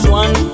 one